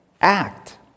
Act